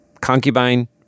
Concubine